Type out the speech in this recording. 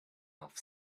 off